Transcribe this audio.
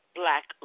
black